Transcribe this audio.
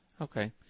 Okay